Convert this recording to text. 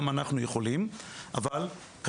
גם אנחנו יכולים,